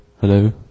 hello